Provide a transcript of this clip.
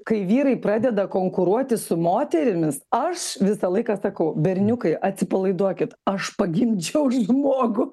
kai vyrai pradeda konkuruoti su moterimis aš visą laiką sakau berniukai atsipalaiduokit aš pagimdžiau žmogų